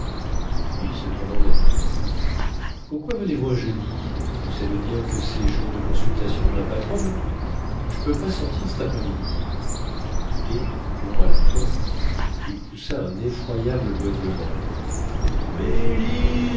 puis se tournant vers mon ami pourquoi venez-vous un jeudi vous savez bien que c'est jour de consultation d'ma patronne j'peux pas sortir ctaprès midi et courant à la porte il poussa un effroyable beuglement mélie e e